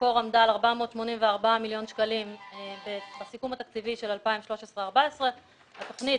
שבמקור עמדה על 484 מיליון שקלים בסיכום התקציבי של 2014-2013. התוכנית,